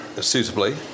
suitably